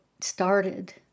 started